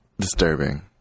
Disturbing